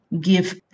give